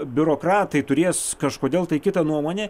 biurokratai turės kažkodėl tai kitą nuomonę